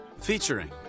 featuring